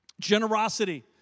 Generosity